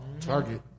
target